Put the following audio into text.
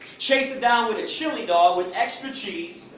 chase it down with a chili dog with extra cheese,